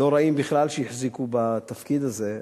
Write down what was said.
לא רעים בכלל שהחזיקו בתפקיד הזה.